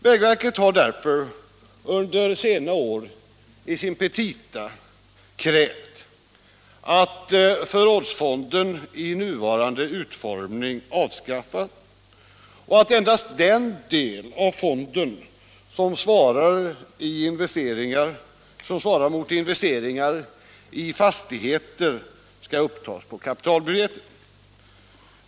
Vägverket har därför under senare år i sina petita krävt att förrådsfonden i nuvarande utformning avskaffas och att endast den del av fonden som svarar mot investeringar i fastigheter skall upptas på kapitalbudgeten.